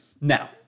Now